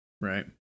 Right